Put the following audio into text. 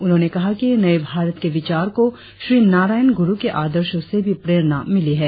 उन्होंने कहा कि नए भारत के विचार को श्री नारायण गुरु के आदर्शों से भी प्रेरणा मिली है